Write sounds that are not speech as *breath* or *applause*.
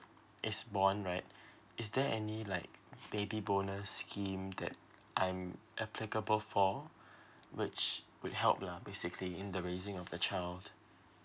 is born right *breath* is there any like baby bonus scheme that I'm applicable for *breath* which would help lah basically in the raising of the child